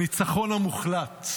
הניצחון המוחלט.